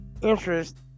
interest